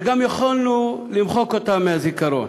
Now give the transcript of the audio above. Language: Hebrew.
וגם יכולנו למחוק אותה מהזיכרון.